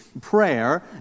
prayer